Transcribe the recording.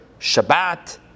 Shabbat